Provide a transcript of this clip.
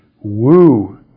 woo